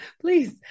please